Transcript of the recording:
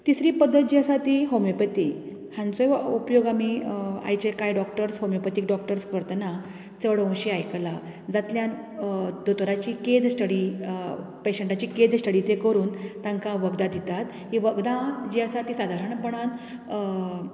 तिसरी पद्दत जी आसा ती होमिओपेथीक हांचो उपयोग आमी आयचें कांय डॉक्टर्स होमिओपेथीक डॉक्टर्स करतना चड अशें आयकलां जातल्यान दोतोराची केज स्टडी पेशंटाची केज स्टडी ते करून तांकां वखदां दितात ही वखदां जी आसात ती सादारणपणान